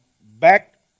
back